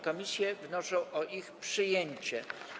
Komisje wnoszą o ich przyjęcie.